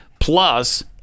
Plus